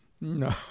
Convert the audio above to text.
No